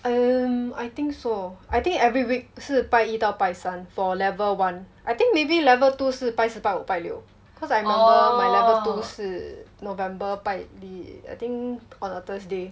um I think so I think every week 是拜一到拜三 for level one I think maybe level two 是拜四拜五拜六 cause I'm level my level two 是 november 拜 um I think on a thursday